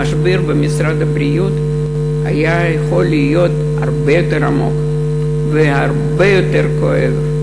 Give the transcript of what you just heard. המשבר במשרד הבריאות היה יכול להיות הרבה יותר עמוק והרבה יותר כואב.